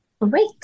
Great